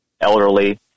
elderly